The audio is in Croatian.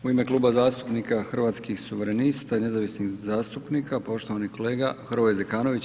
U ime Kluba zastupnika Hrvatskih suverenista i nezavisnih zastupnika poštovani kolega Hrvoje Zekanović.